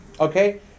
Okay